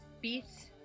beets